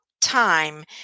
time